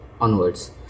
onwards